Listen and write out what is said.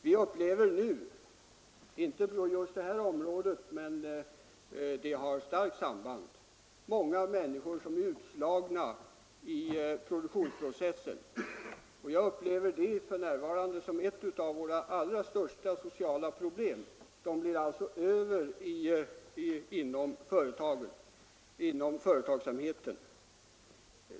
Vi upplever nu — inte just på det här området men det har starkt samband — att det är många människor som är utslagna ur produktionsprocessen. Det framstår för mig som ett av våra allra största sociala problem; dessa människor blir alltså över inom företagsamheten.